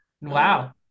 Wow